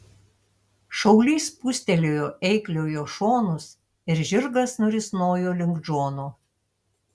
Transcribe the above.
šaulys spūstelėjo eikliojo šonus ir žirgas nurisnojo link džono